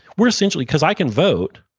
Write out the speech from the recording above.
where essentially because i can vote,